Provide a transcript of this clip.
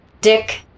Dick